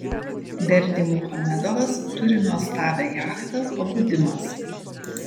berdymuchamedovas turi nuostabią jachtą pabudimas